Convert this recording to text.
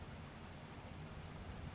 বর্ষকালীল চাষ ক্যরে পাটের জমিতে চাষ হ্যয়